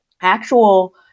actual